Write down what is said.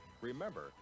remember